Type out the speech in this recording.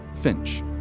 Finch